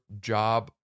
job